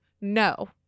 no